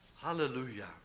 Hallelujah